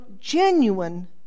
genuine